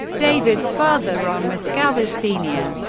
david's father, ron miscavige sr.